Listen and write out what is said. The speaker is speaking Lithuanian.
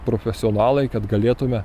profesionalai kad galėtume